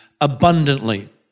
abundantly